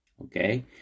Okay